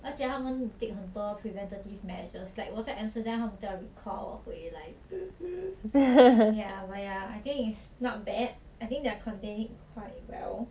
而且他们 take 很多 preventative measures like 我在 amsterdam 他们都要 recall 我回来 ya but ya I think is not bad I think they're contain it quite well